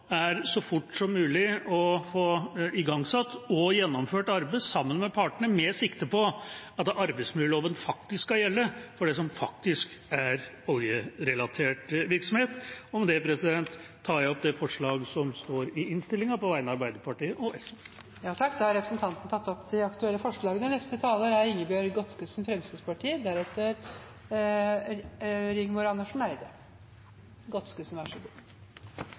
er så fort som mulig å få igangsatt og gjennomført arbeidet sammen med partene med sikte på at arbeidsmiljøloven skal gjelde for det som faktisk er oljerelatert virksomhet. Med det tar jeg opp det forslaget som står i innstillinga, fra Arbeiderpartiet og SV. Representanten Dag Terje Andersen har tatt opp